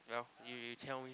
well you you tell me